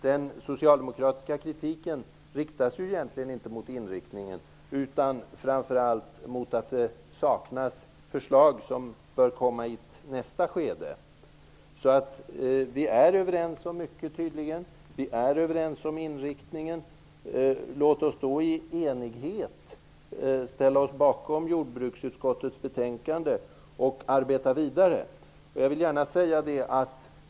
Den socialdemokratiska kritiken riktas ju egentligen inte mot inriktningen utan framför allt mot att det saknas förslag, som bör komma i nästa skede. Vi är tydligen överens om mycket. Vi är överens om inriktningen. Låt oss då i enighet ställa oss bakom jordbruksutskottets betänkande och arbeta vidare.